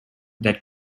which